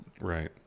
Right